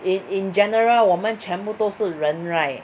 in in general 我们全部都是人 right